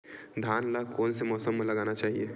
धान ल कोन से मौसम म लगाना चहिए?